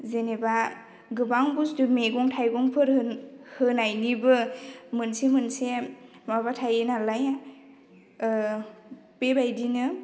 जेनेबा गोबां बुस्थु मैगं थाइगंफोर होन होनायनिबो मोनसे मोनसे माबा थायो नालाय बेबायदिनो